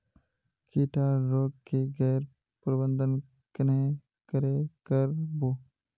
किट आर रोग गैर प्रबंधन कन्हे करे कर बो?